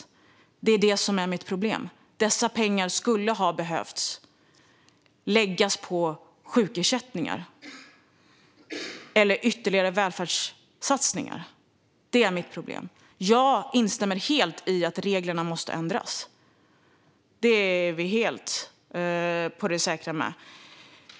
Det är det som är mitt problem. Dessa pengar skulle ha behövt läggas på sjukersättningar eller ytterligare välfärdssatsningar. Jag instämmer helt i att reglerna måste ändras. Det är vi helt på det klara med.